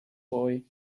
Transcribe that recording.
boy